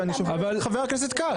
אני שואל את חבר הכנסת כץ.